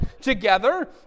together